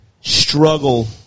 struggle